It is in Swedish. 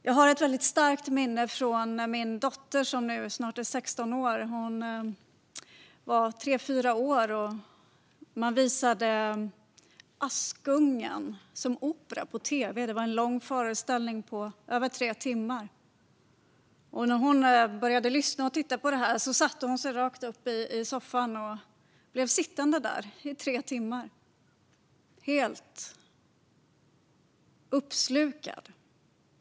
Jag har ett väldigt starkt minne från när min dotter, som nu är snart 16 år, var tre fyra år och man visade Askungen som opera på tv. Det var en lång föreställning, över tre timmar. När hon började lyssna och titta på detta satte hon sig rakt upp i soffan och blev sedan sittande där - i tre timmar, helt uppslukad.